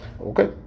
Okay